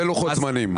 ולוחות זמנים.